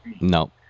No